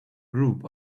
group